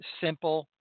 simple